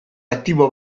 aktibo